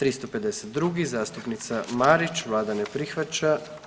352. zastupnica Marić, vlada ne prihvaća.